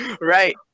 right